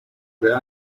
were